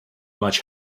much